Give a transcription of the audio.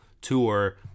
tour